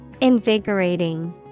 invigorating